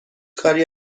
کاری